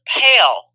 pale